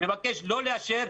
מבקש לא לאשר.